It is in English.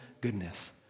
goodness